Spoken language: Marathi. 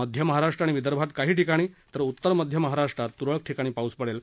मध्य महाराष्ट्र आणि विदर्भात काही ठिकाणी तर उत्तर मध्य महाराष्ट्रात तुरळक ठिकाणी पाऊस पडेल